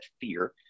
fear